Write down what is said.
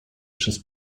przez